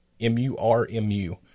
Murmu